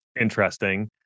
interesting